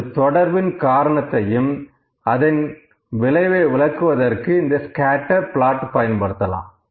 ஒரு தொடர்பின் காரணத்தையும் அதன் விளைவு விளக்குவதற்கு இந்த ஸ்கேட்டர் பிளாட் பயன்படுத்தலாம்